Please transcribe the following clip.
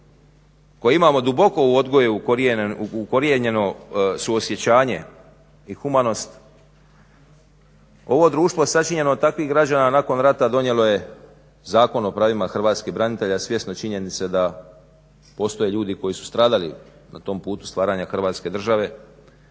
koje imamo duboko u odgoju ukorijenjeno suosjećanje i humanost ovo društvo sačinjeno od takvih građana nakon rata donijelo je Zakon o pravima hrvatskih branitelja svjesni činjenice da postoje i ljudi koji su stradali na tom putu stvaranja Hrvatske države,